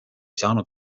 saanud